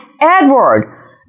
Edward